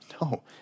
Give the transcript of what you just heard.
No